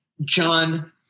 John